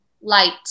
light